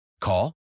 Call